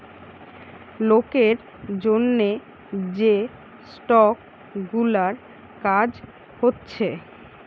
লোকের জন্যে যে স্টক গুলার কাজ হচ্ছে